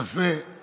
יפה.